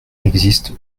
existe